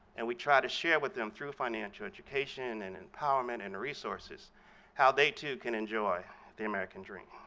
and we try to share with them through financial education, and empowerment, and resources how they, too, can enjoy the american dream.